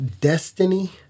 Destiny